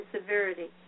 severity